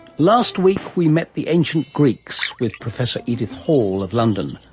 last week we met the ancient greeks with professor edith hall of london.